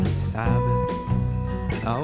Sabbath